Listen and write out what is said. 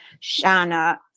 Shana